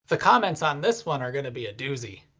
the comments on this one are gonna be a doozy,